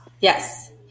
Yes